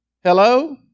Hello